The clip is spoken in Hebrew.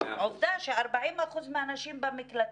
עובדה ש-40 אחוזים מהנשים במקלטים,